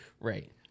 Right